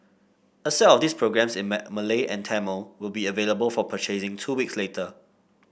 a set of these programmes in my Malay and Tamil will be available for purchasing two weeks later